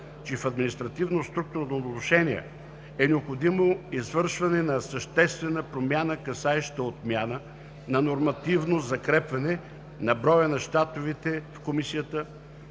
че в административно структурно отношение е необходимо извършване на съществена промяна, касаеща отмяна на нормативното „закрепване“ на броя на щатовете в комисията,